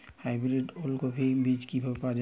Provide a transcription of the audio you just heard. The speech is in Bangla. হাইব্রিড ওলকফি বীজ কি পাওয়া য়ায়?